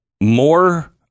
more